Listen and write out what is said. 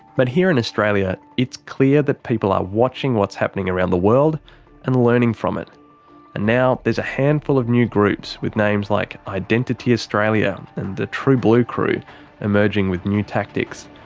but here in australia, it's clear that people are watching what's happening around the world and learning from it. and now, there's a handful of new groups, with names like identity australia and the true blue crew emerging with new tactics.